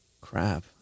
Crap